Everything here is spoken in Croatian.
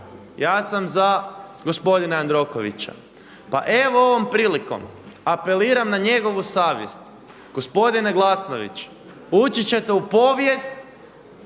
ja sam za gospodina Jandrokovića. Pa evo ovom prilikom apeliram na njegovu savjest. Gospodine Glasnović ući ćete u povijest